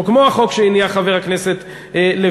או כמו החוק שהניח חבר הכנסת לוין,